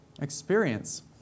experience